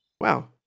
wow